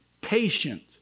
patient